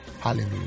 Hallelujah